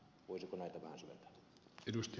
voisiko näitä vähän syventää